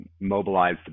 mobilize